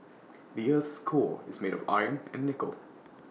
the Earth's core is made of iron and nickel